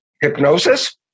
hypnosis